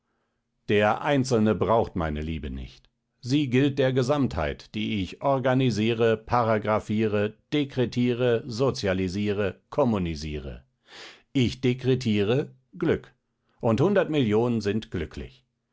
der einzelne braucht meine liebe nicht sie gilt der gesamtheit die ich organisiere paragraphiere dekretiere sozialisiere kommunisiere ich dekretiere glück und hundert millionen sind glücklich